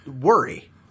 worry